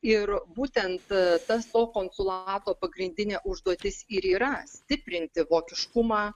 ir būtent tas to konsulato pagrindinė užduotis ir yra stiprinti vokiškumą